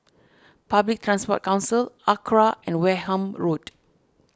Public Transport Council Acra and Wareham Road